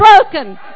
broken